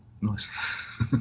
nice